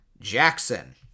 Jackson